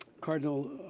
Cardinal